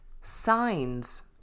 Signs